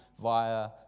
via